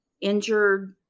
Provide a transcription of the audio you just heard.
injured